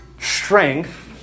strength